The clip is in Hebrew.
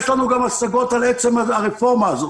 יש לנו גם השגות על עצם הרפורמה הזו,